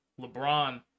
Lebron